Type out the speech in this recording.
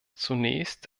zunächst